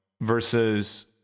versus